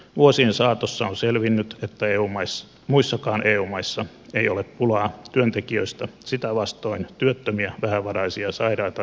vuosien saatossa on selvinnyt että muissakaan eu maissa ei ole pulaa työntekijöistä sitä vastoin työttömiä vähävaraisia sairaita riittää kaikkialla